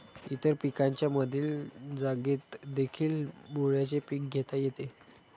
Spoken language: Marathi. इतर पिकांच्या मधील जागेतदेखील मुळ्याचे पीक घेता येते